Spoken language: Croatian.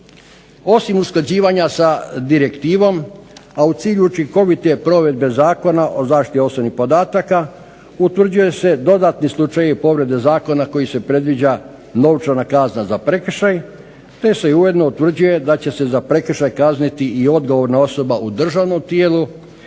Osim usklađivanja sa direktivom, a u cilju učinkovite provedbe Zakona o zaštiti osobnih podataka utvrđuju se dodatni slučajevi povrede zakona koji se predviđa novčana kazna za prekršaj, te se ujedno utvrđuje da će se za prekršaj kazniti i odgovorna osoba u državnom tijelu